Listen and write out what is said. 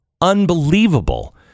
unbelievable